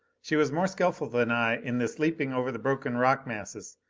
she was more skillful than i in this leaping over the broken rock masses.